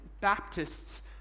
Baptist's